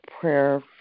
prayer